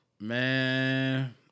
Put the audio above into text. Man